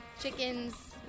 chickens